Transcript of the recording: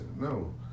No